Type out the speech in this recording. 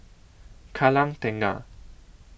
Kallang Tengah